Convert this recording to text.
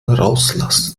rauslassen